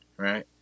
Right